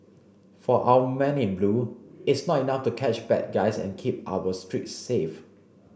for our men in blue it's not enough to catch bad guys and keep our streets safe